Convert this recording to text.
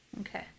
Okay